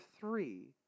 three